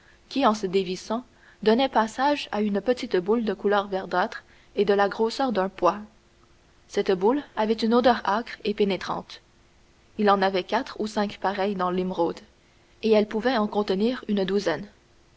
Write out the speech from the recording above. qui en se dévissant donnait passage à une petite boule de couleur verdâtre et de la grosseur d'un pois cette boule avait une odeur âcre et pénétrante il y en avait quatre ou cinq pareilles dans l'émeraude et elle pouvait en contenir une douzaine